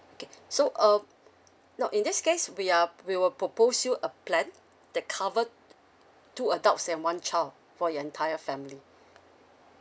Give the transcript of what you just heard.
okay so um now in this case we are we will propose you a plan that cover t~ two adults and one child for your entire family